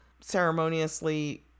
ceremoniously